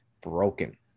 broken